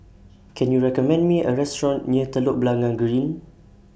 Can YOU recommend Me A Restaurant near Telok Blangah Green